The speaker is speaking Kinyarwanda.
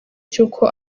cy’uko